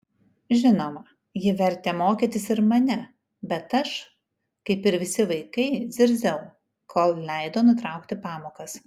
žinoma ji vertė mokytis ir mane bet aš kaip ir visi vaikai zirziau kol leido nutraukti pamokas